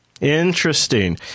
Interesting